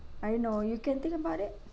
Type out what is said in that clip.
I don't know you can think about it